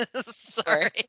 Sorry